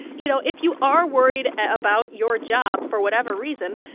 you know, if you are worried about your job for whatever reason,